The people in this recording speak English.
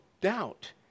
doubt